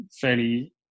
fairly